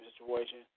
situation